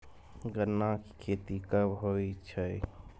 गन्ना की खेती कब होय छै?